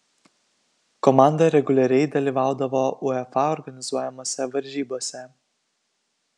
komanda reguliariai dalyvaudavo uefa organizuojamose varžybose